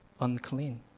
unclean